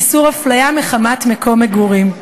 איסור הפליה מחמת מקום מגורים.